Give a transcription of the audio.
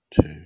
two